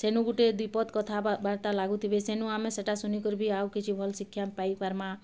ସେନୁ ଗୁଟେ ଦୁଇ ପଦ୍ କଥାବାର୍ତ୍ତା ଲାଗୁଥିବେ ସେନୁ ଆମେ ସେଟା ଶୁନିକରି ବି ଆଉ କିଛି ଭଲ୍ ଶିକ୍ଷା ପାଇପାର୍ମା